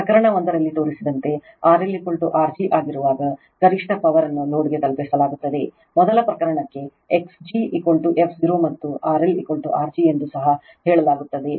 ಪ್ರಕರಣ 1 ರಲ್ಲಿ ತೋರಿಸಿರುವಂತೆ RL R g ಆಗಿರುವಾಗ ಗರಿಷ್ಠ ಪವರನ್ನು ಲೋಡ್ಗೆ ತಲುಪಿಸಲಾಗುತ್ತದೆ ಮೊದಲ ಪ್ರಕರಣಕ್ಕೆ X gf0ಮತ್ತು RLR g ಎಂದು ಸಹ ಹೇಳಲಾಗುತ್ತದೆ